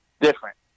different